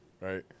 right